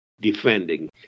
defending